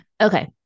Okay